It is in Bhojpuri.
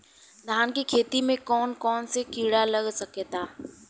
धान के खेती में कौन कौन से किड़ा लग सकता?